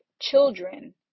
children